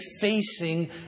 facing